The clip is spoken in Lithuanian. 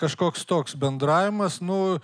kažkoks toks bendravimas nu